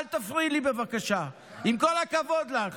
אל תפריעי לי, בבקשה, עם כל הכבוד לך.